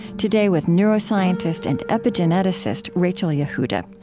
today, with neuroscientist and epigeneticist rachel yehuda.